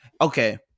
okay